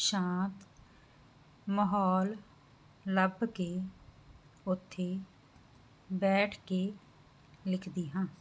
ਸ਼ਾਂਤ ਮਾਹੌਲ ਲੱਭ ਕੇ ਉਥੇ ਬੈਠ ਕੇ ਲਿਖਦੀ ਹਾਂ